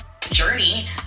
journey